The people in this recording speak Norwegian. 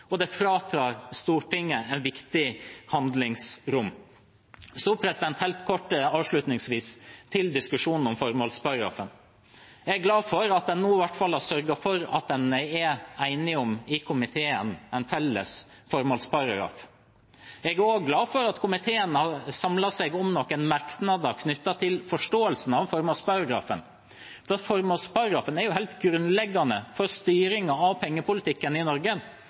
og det fratar Stortinget et viktig handlingsrom. Avslutningsvis helt kort til diskusjonen om formålsparagrafen: Jeg er glad for at en i komiteen nå i hvert fall har sørget for at en er enig om en felles formålsparagraf. Jeg er også glad for at komiteen har samlet seg om noen merknader knyttet til forståelsen av formålsparagrafen, for formålsparagrafen er helt grunnleggende for styringen av pengepolitikken i Norge.